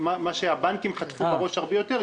מה שהבנקים חטפו על הראש הרבה יותר,